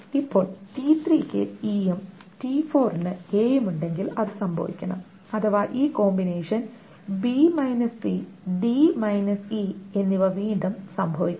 ഇപ്പോൾ t3 യ്ക്ക് e യും t4 ന് a യും ഉണ്ടെങ്കിൽ അത് സംഭവിക്കണം അഥവാ ഈ combination b c d e എന്നിവ വീണ്ടും സംഭവിക്കണം